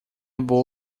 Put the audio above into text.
boa